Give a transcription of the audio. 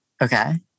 Okay